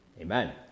amen